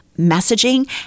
messaging